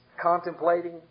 contemplating